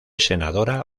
senadora